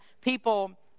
people